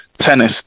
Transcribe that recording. tennis